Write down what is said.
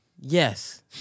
Yes